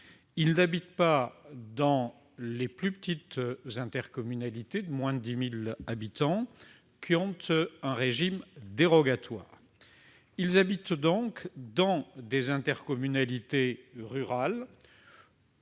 Ils n'habitent pas non plus dans les plus petites intercommunalités, de moins de 10 000 habitants, qui ont un régime dérogatoire. Ils habitent dans des intercommunalités rurales